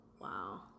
Wow